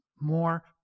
more